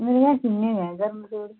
मेरे कश चुनी गै गर्म सूट दी